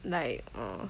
like uh